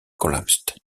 collapsed